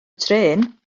trên